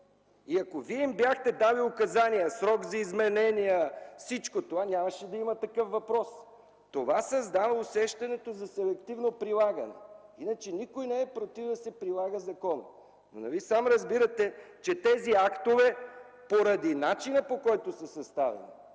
Ако Вие им бяхте дали указания – срок за изменения, всичко това, нямаше да има такъв въпрос. Това създава усещането за селективно прилагане, иначе никой не е против да се прилага законът. Нали сам разбирате, че тези актове поради начина, по който са съставени,